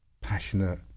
passionate